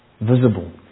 visible